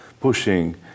pushing